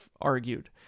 argued